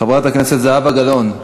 חברת הכנסת זהבה גלאון,